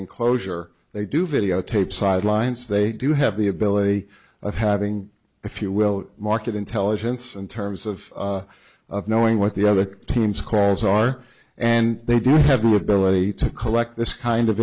enclosure they do videotape sidelines they do have the ability of having if you will market intelligence in terms of knowing what the other teams cause are and they do have the ability to collect this kind of